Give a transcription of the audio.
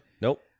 Nope